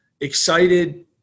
Excited